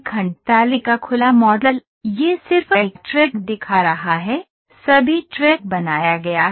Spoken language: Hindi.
खंड तालिका खुला मॉडल यह सिर्फ एक ट्रैक दिखा रहा है सभी ट्रैक बनाया गया है